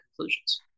conclusions